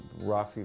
Rafi